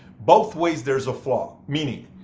both ways there's a flaw, meaning,